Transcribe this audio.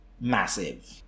massive